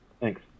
Thanks